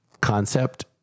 concept